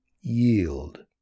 yield